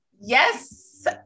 Yes